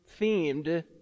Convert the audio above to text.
themed